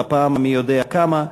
בפעם המי-יודע-כמה,